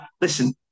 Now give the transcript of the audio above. Listen